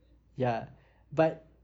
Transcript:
ya but